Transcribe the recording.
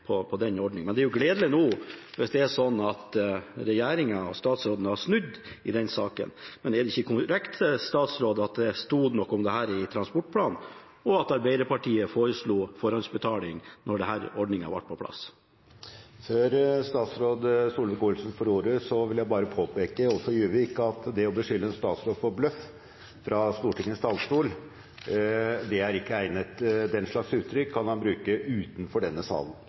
med på den ordningen. Det er gledelig nå hvis det er slik at regjeringen og statsråden har snudd i denne saken. Men er det ikke korrekt at det sto noe om dette i transportplanen, og at Arbeiderpartiet foreslo forhåndsbetaling da denne ordningen kom på plass? Før statsråd Solvik-Olsen får ordet, vil presidenten bare påpeke overfor Juvik at det å beskylde en statsråd for bløff fra Stortingets talerstol ikke egner seg. Den slags uttrykk kan han bruke utenfor denne salen.